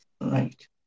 Right